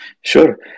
Sure